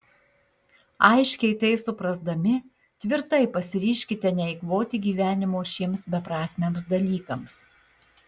aiškiai tai suprasdami tvirtai pasiryžkite neeikvoti gyvenimo šiems beprasmiams dalykams